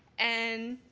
and